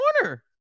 corner